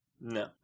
No